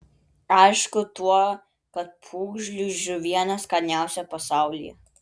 aišku tuo kad pūgžlių žuvienė skaniausia pasaulyje